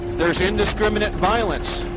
there's indiscriminate violence.